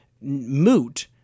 moot